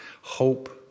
hope